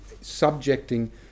subjecting